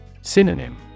Synonym